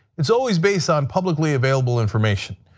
it's always based on publicly available information.